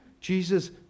Jesus